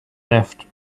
left